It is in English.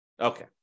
Okay